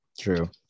True